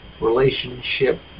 relationship